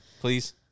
please